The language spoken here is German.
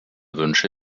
wünsche